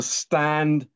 stand